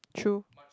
true